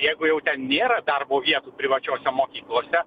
jeigu jau ten nėra darbo vietų privačiose mokyklose